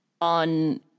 on